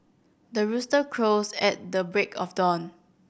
the rooster crows at the break of dawn